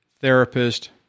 therapist